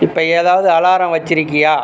இப்போ ஏதாவது அலாரம் வச்சுருக்கியா